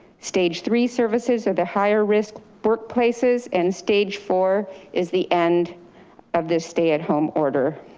stage three services are the higher risk workplaces. and stage four is the end of the stay-at-home order.